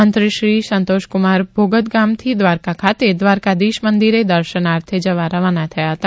મંત્રી શ્રી સંતોષકુમાર ભોગત ગામથી દ્વારકા ખાતે દ્રારકાધીશ મંદિરે દર્શનાર્થિ જવા રવાના થયા હતા